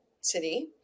city